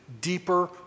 deeper